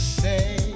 say